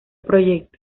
proyecto